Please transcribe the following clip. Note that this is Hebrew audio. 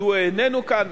מדוע הוא איננו כאן,